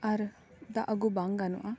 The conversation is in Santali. ᱟᱨ ᱫᱟᱜ ᱟᱹᱜᱩ ᱵᱟᱝ ᱜᱟᱱᱚᱜᱼᱟ